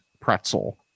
pretzel